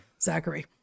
Zachary